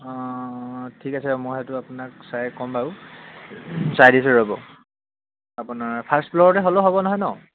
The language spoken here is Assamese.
অঁ ঠিক আছে মই সেইটো আপোনাক চাই ক'ম বাৰু চাই দিছোঁ ৰ'বক আপোনাৰ ফাৰ্ষ্ট ফ্ল'ৰতে হ'লেও হ'ব নহয় ন